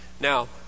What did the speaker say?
Now